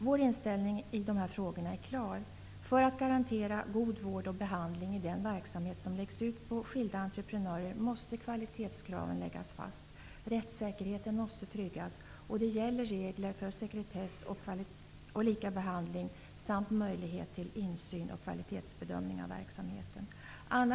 Vår inställning i de här frågorna är klar. För att garantera god vård och behandling i den verksamhet som läggs ut på skilda entreprenörer måste kvalitetskraven läggas fast. Rättssäkerheten måste tryggas. Det gäller regler för sekretess och lika behandling samt möjlighet till insyn och kvalitetsbedömning av verksamheten.